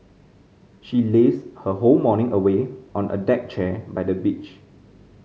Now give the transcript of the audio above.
she lazed her whole morning away on a deck chair by the beach